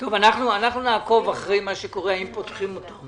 אנחנו נעקוב אחרי מה שקורה, אם פותחים אותם.